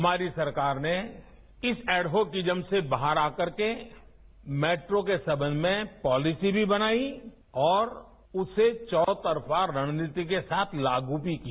हमारी सरकार ने इस हेडोसिज्म से बाहर आ करके मेट्रो के संबंध में पॉलिसी भी बनाई और उसे चौतरफा रणनीति के साथ लाग भी किया